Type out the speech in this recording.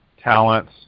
talents